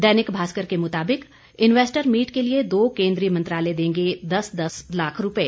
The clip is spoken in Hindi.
दैनिक भास्कर के मुताबिक इन्वेस्टर मीट के लिए दो केन्द्रीय मंत्रालय देंगे दस दस लाख रूपए